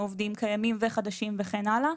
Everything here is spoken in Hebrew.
מעובדים קיימים וחדשים וכן הלאה.